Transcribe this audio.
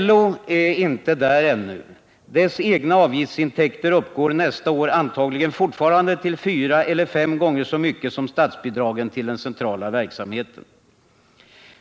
LO är inte där ännu; dess egna avgiftsintäkter uppgår nästa år antagligen fortfarande till fyra eller fem gånger så mycket som statsbidragen till den centrala verksamheten.